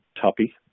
toppy